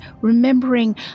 remembering